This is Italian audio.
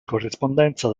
corrispondenza